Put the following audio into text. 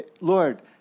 Lord